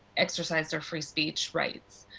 exercise their free speech rights.